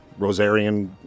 Rosarian